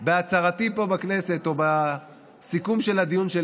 בהצהרתי פה בכנסת או בסיכום של הדיון שלי